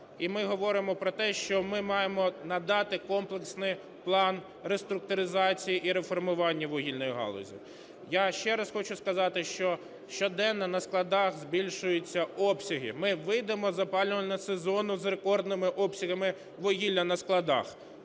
І ми говоримо про те, що ми маємо надати комплексний план реструктуризації і реформування вугільної галузі. Я ще раз хочу сказати, що щоденно на складах збільшуються обсяги, ми вийдемо з опалювального сезону з рекордними обсягами вугілля на складах.